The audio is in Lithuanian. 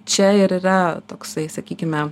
čiair yra toksai sakykime